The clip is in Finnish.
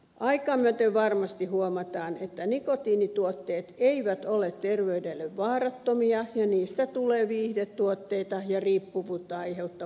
aikaa myöten varmasti huomataan että nikotiinituotteet eivät ole terveydelle vaarattomia ja niistä tulee viihdetuotteita ja riippuvuutta aiheuttava aine